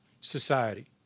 society